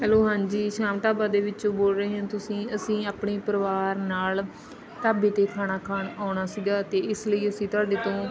hello ਹਾਂਜੀ ਸ਼ਾਮ ਢਾਬਾ ਦੇ ਵਿੱਚੋ ਬੋਲ ਰਹੇ ਹੋ ਤੁਸੀਂ ਅਸੀਂ ਆਪਣੇ ਪਰਿਵਾਰ ਨਾਲ ਢਾਬੇ 'ਤੇ ਖਾਣਾ ਖਾਣ ਆਉਣਾ ਸੀਗਾ ਅਤੇ ਇਸ ਲਈ ਅਸੀਂ ਤੁਹਾਡੇ ਤੋਂ